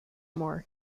more